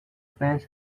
friends